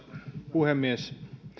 puhemies